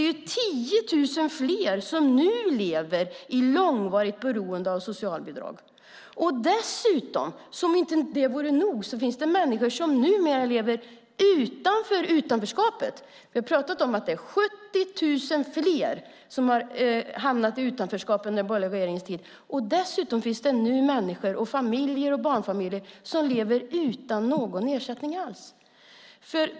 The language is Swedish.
Det är 10 000 fler som nu lever i långvarigt beroende av socialbidrag. Dessutom, som om detta inte vore nog, finns det människor som numera lever utanför utanförskapet. Vi har pratat om att det är 70 000 fler som har hamnat i utanförskap under den borgerliga regeringens tid. Nu finns det dessutom barnfamiljer och andra människor som lever utan någon ersättning alls.